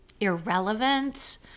irrelevant